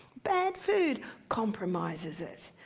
bad food compromises it.